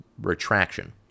retraction